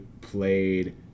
played